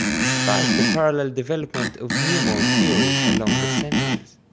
despite the parallel development of new mode theories along the centuries.